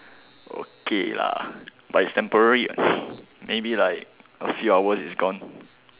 okay lah but it's temporary maybe like a few hours it's gone